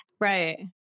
Right